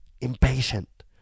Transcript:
impatient